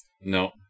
No